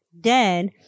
dead